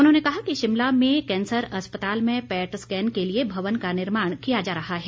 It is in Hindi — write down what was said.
उन्होंने कहा है कि शिमला में कैंसर अस्पताल में पैट स्कैन के लिए भवन का निर्माण किया जा रहा है